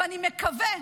ואני מקווה,